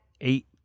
eight